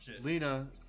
Lena